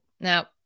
Now